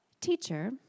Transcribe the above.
Teacher